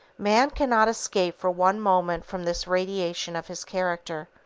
man cannot escape for one moment from this radiation of his character,